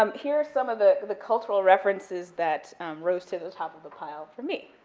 um here's some of the of the cultural references that rose to the top of the pile for me,